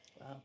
Wow